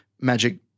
magic